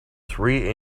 three